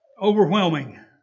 overwhelming